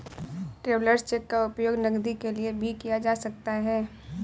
travellers cheque का उपयोग नकदी के लिए भी किया जा सकता है